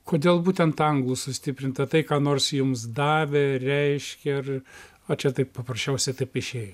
kodėl būtent anglų sustiprinta tai ką nors jums davė reiškė ar o čia taip paprasčiausiai taip išėjo